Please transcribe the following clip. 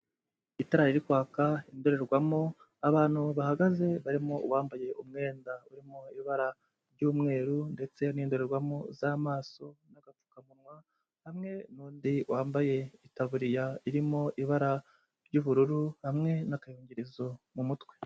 Itara riri kwaka, indorerwamo, abantu bahagaze barimo uwambaye umwenda urimo ibara ry'umweru ndetse n'indorerwamo z'amaso n'agapfukamunwa, hamwe n'undi wambaye itaburiya irimo ibara ry'ubururu hamwe n'akayungirizo mu mutwe.